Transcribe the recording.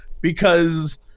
because-